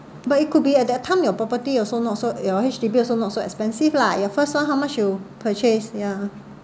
but it could be at that time your property also not so your H_D_B also not so expensive lah your first one how much you purchase ya